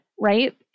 right